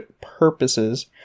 purposes